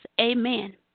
Amen